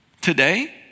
Today